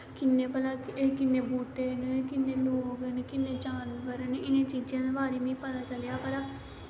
किन्ने भला किन्ने बूह्टे न किन्ने लोग किन्ने जानवर न इनें चीजें दे बारे च मीं पता चलेआ